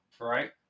right